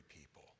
people